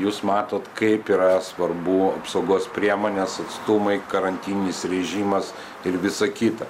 jūs matot kaip yra svarbu apsaugos priemonės atstumai karantininis režimas ir visa kita